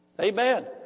Amen